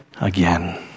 again